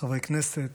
חברי כנסת,